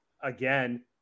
again